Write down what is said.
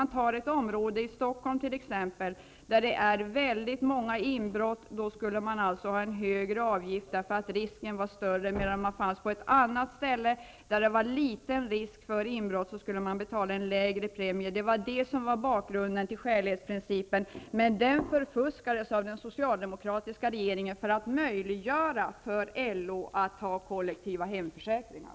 I ett område, t.ex. Stockholm, där man har många inbrott skulle man ha en högre avgift på grund av den högre risken, medan man på ett ställe med en liten risk för inbrott skulle betala en lägre premie. Det var bakgrunden till skälighetsprincipen, men den förfuskades av den socialdemokratiska regeringen för att möjliggöra för LO att ha kollektiva hemförsäkringar.